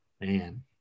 man